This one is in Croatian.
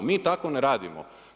Mi tako ne radimo.